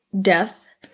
death